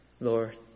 Lord